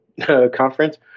conference